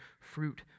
fruit